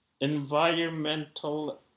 environmental